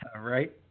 Right